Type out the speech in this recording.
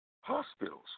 hospitals